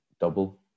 double